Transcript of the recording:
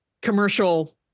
commercial